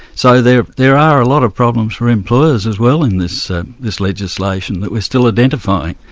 so there there are a lot of problems for employers as well in this this legislation that we're still identifying.